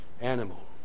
animal